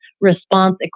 response